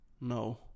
No